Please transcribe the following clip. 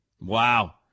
Wow